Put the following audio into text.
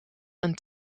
een